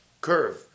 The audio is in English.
curve